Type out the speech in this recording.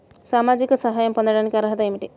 సామాజిక సహాయం పొందటానికి అర్హత ఏమిటి?